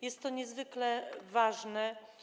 Jest to niezwykle ważne.